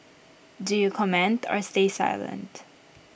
do you comment or stay silent